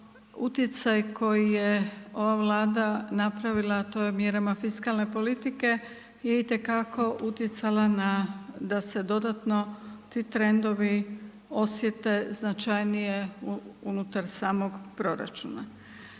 utjecaj koji je ova Vlada napravila a to je mjerama fiskalne politike je itekako utjecala na da se dodatno ti trendovi osjete značajnije unutar samog proračuna.